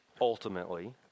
ultimately